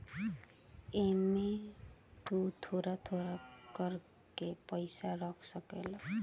एमे तु थोड़ा थोड़ा कर के पईसा रख सकेल